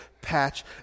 patch